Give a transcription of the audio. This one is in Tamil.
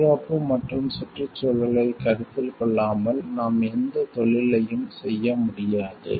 பாதுகாப்பு மற்றும் சுற்றுச்சூழலை கருத்தில் கொள்ளாமல் நாம் எந்த தொழிலையும் செய்ய முடியாது